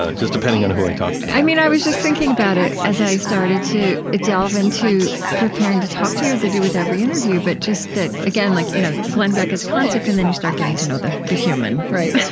ah just depending on who i talk to i mean, i was just thinking about it as i started to delve into preparing to talk to you, as i do with every interview, but just that, again, like you know glenn beck is a concept. and then you start getting to know the the human, right?